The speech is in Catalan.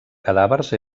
cadàvers